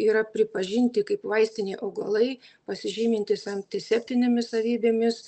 yra pripažinti kaip vaistiniai augalai pasižymintys antiseptinėmis savybėmis